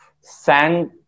sand